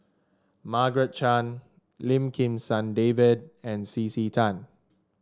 Margaret Chan Lim Kim San David and C C Tan